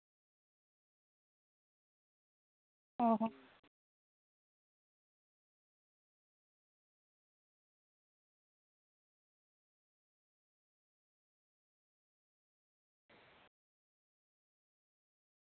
ᱚᱸᱻ ᱦᱚᱸ